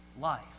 life